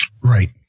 Right